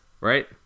Right